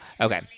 okay